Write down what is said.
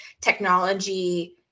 technology